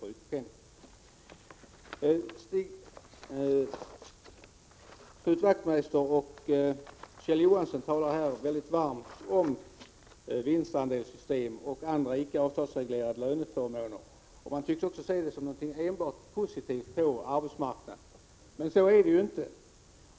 Knut Wachtmeister och Kjell Johansson talar här varmt om vinstandelssystem och andra icke avtalsreglerade löneförmåner. De tycks också se det som något enbart positivt på arbetsmarknaden. Men så är det inte.